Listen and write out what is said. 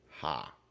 Ha